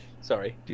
sorry